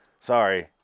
Sorry